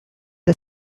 the